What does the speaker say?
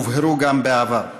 והובהרו גם בעבר.